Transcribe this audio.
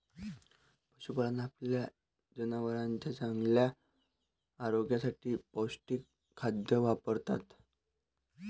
पशुपालक आपल्या जनावरांच्या चांगल्या आरोग्यासाठी पौष्टिक खाद्य वापरतात